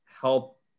help